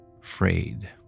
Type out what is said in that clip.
frayed